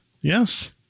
Yes